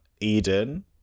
Eden